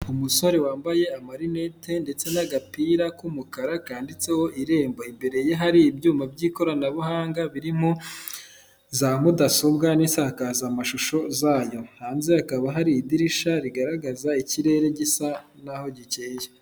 Umusore wambaye amarinete ndetse n'agapira k'umukara kanditseho irembo. Imbere ye hari ibyuma by'ikoranabuhanga birimo za mudasobwa n'insakazamashusho zayo. Hanze hakaba hari idirisha rigaragaza ikirere gisa n'aho gikeye.